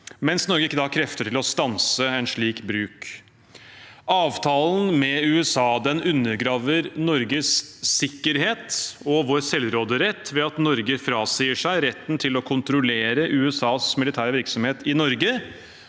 mens Norge ikke har krefter til å stanse en slik bruk. Avtalen med USA undergraver Norges sikkerhet og vår selvråderett ved at Norge frasier seg retten til å kontrollere USAs militære virksomhet i Norge,